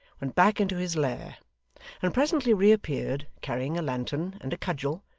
went back into his lair and presently reappeared, carrying a lantern and a cudgel,